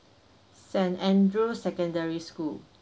saint andrew's secondary school